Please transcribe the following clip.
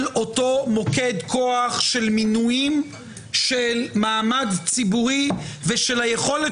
אותו מוקד כוח של מינויים של מעמד ציבורי ושל היכולת